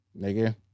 nigga